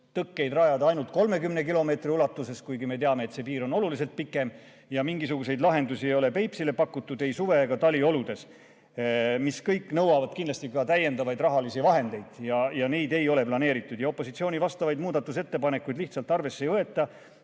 tõkkeid rajada ainult 30 kilomeetri ulatuses, kuigi me teame, et piir on oluliselt pikem. Mingisuguseid lahendusi ei ole Peipsile pakutud ei suve‑ ega taliolude jaoks. Need kõik nõuavad kindlasti ka täiendavaid rahalisi vahendeid ja neid ei ole planeeritud. Opositsiooni vastavaid muudatusettepanekuid lihtsalt arvesse ei võeta.